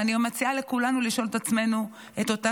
ואני מציעה לכולנו לשאול את עצמנו את אותה